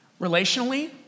Relationally